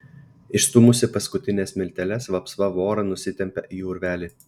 išstūmusi paskutines smilteles vapsva vorą nusitempią į urvelį